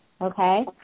Okay